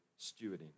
stewarding